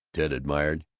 ted admired.